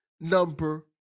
number